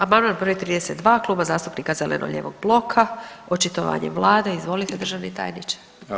Amandman br. 32 Kluba zastupnika zeleno-lijevog bloka, očitovanje Vlade, izvolite državni tajniče.